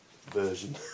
version